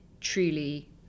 truly